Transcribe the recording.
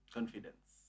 Confidence